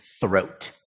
throat